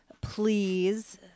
please